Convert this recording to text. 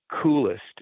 coolest